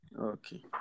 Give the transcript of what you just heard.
Okay